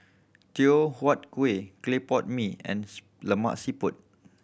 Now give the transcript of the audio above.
Teochew Huat Kueh clay pot mee and Lemak Siput